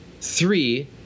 three